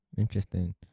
interesting